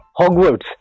Hogwarts